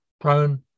prone